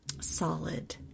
solid